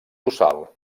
tossal